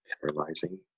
paralyzing